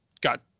got